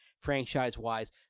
franchise-wise